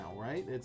right